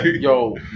Yo